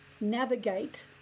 navigate